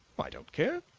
i don't care.